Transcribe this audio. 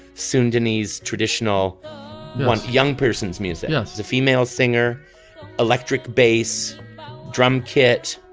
soon denise traditional one young person's music yeah is a female singer electric bass drum kit.